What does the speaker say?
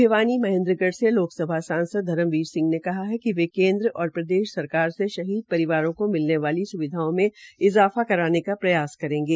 भिवानी महेन्द्रगढ़ से लोकसभा सांसद धर्मवीर सिंह ने कहा है कि वे केन्द्र और प्रदेश सरकार से शहीद परिवारों को मिलने वाली स्विधा मे इजाफा करवाने का प्रयास करेंगे